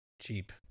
Cheap